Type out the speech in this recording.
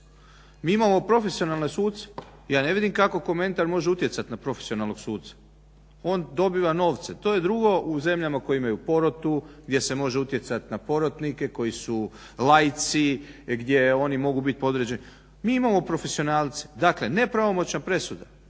Mi imamo profesionalne suce. Ja ne vidim kako komentar može utjecati na profesionalnog suca. On dobiva novce, to je drugo u zemljama koje imaju porotu, gdje se može utjecati na porotnike koji su laici, gdje oni mogu biti određeni. Mi imamo profesionalce. Dakle, nepravomoćna presuda